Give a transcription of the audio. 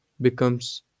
becomes